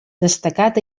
destacat